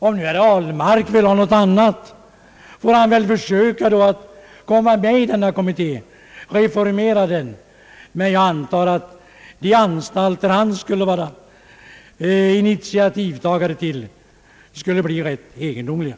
Om herr Ahlmark vill ha något annat antal får han väl försöka komma med i denna kommitté och reformera den. Men jag antar att de anstalter han skulle vara initiativtagare till skulle bli rätt egendomliga.